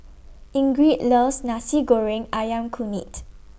Ingrid loves Nasi Goreng Ayam Kunyit